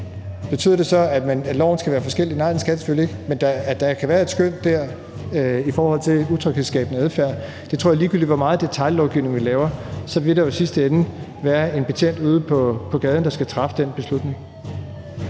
Betyder det så, at loven skal være forskellig i forhold til håndhævelse? Nej, det gør det selvfølgelig ikke. Men med hensyn til at der kan være et skøn i forhold til utryghedsskabende adfærd, vil der jo, ligegyldigt hvor meget detaillovgivning vi laver, i sidste ende være en betjent ude på gaden, der skal træffe den beslutning.